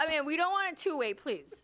i mean we don't want to wait please